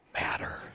matter